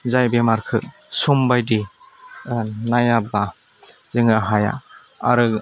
जाय बेमारखौ सम बायदि नायाबा जोङो हाया आरो